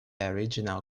original